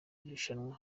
irushanwa